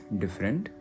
different